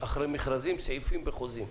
אחרי מכרזים סעיפים וחוזים.